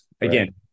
Again